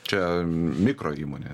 čia mikroįmonė